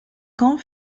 camp